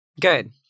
Good